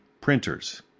printers